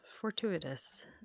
fortuitous